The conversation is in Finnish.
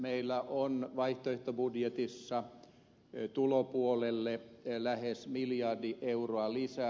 meillä on vaihtoehtobudjetissa tulopuolelle lähes miljardi euroa lisää